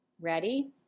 Ready